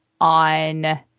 on